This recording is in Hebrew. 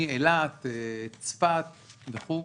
מאילת, צפת וכולי.